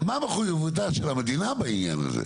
מה מחויבותה של המדינה בעניין הזה?